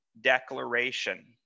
declaration